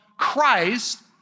Christ